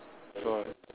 so